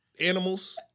animals